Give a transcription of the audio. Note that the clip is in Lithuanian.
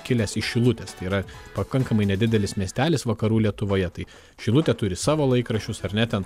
kilęs iš šilutės tai yra pakankamai nedidelis miestelis vakarų lietuvoje tai šilutė turi savo laikraščius ar ne ten